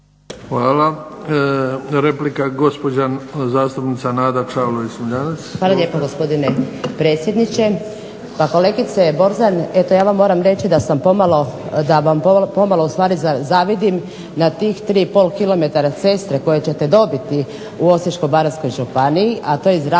Hvala. Replika, gospođa zastupnica Nada Čavlović